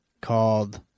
called